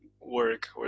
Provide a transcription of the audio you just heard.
work